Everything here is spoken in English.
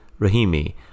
rahimi